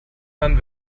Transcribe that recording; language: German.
man